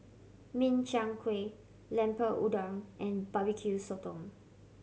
Min Chiang Kueh Lemper Udang and barbecu sotong